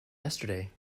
yesterday